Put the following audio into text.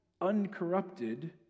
uncorrupted